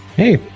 Hey